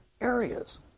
areas